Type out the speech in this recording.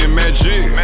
magic